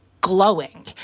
glowing